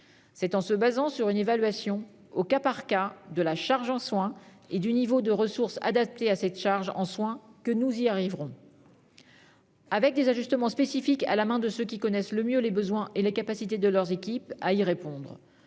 mais en nous appuyant sur une évaluation au cas par cas de la charge en soins et du niveau de ressources adapté à cette charge en soins. Cela suppose aussi de laisser les ajustements spécifiques à la main de ceux qui connaissent le mieux les besoins et les capacités de leurs équipes à y répondre.